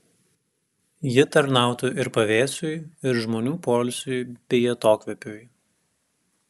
ji tarnautų ir pavėsiui ir žmonių poilsiui bei atokvėpiui